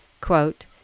quote